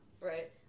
Right